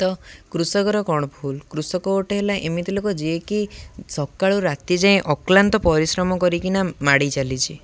ତ କୃଷକର କ'ଣ ଭୁଲ କୃଷକ ଗୋଟେ ହେଲା ଏମିତି ଲୋକ ଯିଏକି ସକାଳୁ ରାତି ଯାଏଁ ଅକ୍ଲାନ୍ତ ପରିଶ୍ରମ କରିକିନା ମାଡ଼ି ଚାଲିଛି